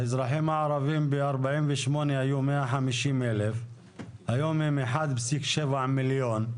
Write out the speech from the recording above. האזרחים הערבים ב-1948 היו 150,000 היום הם 1.7 מיליון.